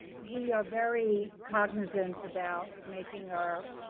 we are very cognizant about making our